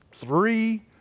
three